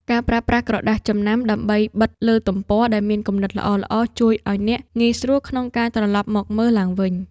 ការប្រើប្រាស់ក្រដាសចំណាំ ដើម្បីបិទលើទំព័រដែលមានគំនិតល្អៗ ជួយឱ្យអ្នកងាយស្រួលក្នុងការត្រឡប់មកមើលឡើងវិញ។